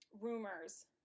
Rumors